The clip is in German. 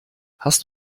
hast